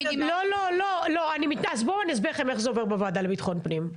אני אסביר לכם איך זה עובד בוועדה לביטחון פנים.